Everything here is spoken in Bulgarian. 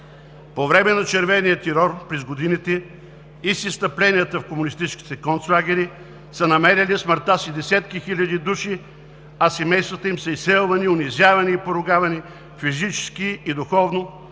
По време на червения терор през годините и с изстъпленията в комунистическите концлагери са намерили смъртта си десетки хиляди души, а семействата им са изселвани, унизявани и поругавани, физически и духовно